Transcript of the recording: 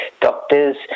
doctors